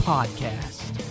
Podcast